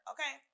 Okay